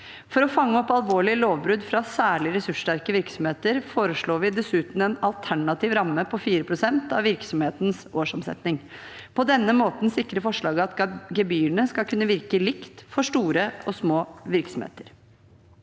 For å fange opp alvorlige lovbrudd fra særlig ressurssterke virksomheter foreslår vi dessuten en alternativ ramme på 4 pst. av virksomhetens årsomsetning. På denne måten sikrer forslaget at gebyrene skal kunne virke likt for store og små virksomheter.